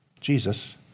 Jesus